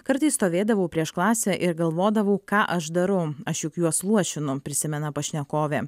kartais stovėdavau prieš klasę ir galvodavau ką aš darau aš juk juos luošinu prisimena pašnekovė